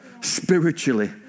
Spiritually